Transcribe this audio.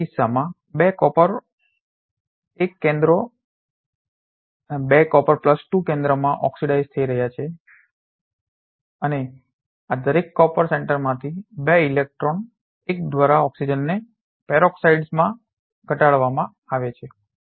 આ કિસ્સામાં 2 કોપર કેન્દ્રો 2 Cu2 કેન્દ્રમાં ઓક્સિડાઇઝ્ડ થઈ રહ્યાં છે અને આ દરેક કોપર સેન્ટરમાંથી 2 ઇલેક્ટ્રોન એક દ્વારા ઓક્સિજનને પેરોક્સોમાં ઘટાડવામાં આવે છે